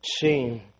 shame